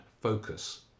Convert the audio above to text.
focus